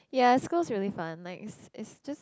ya school is really fun nice it's just